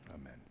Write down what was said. Amen